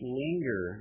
linger